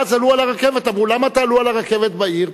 ואז עלו על הרכבת: אמרו, למה תעלו על הרכבת בעיר?